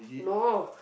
no